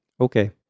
Okay